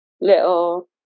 little